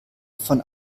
von